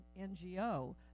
NGO